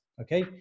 Okay